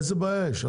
איזו בעיה יש שם?